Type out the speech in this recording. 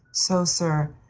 so, sir,